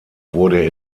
wurde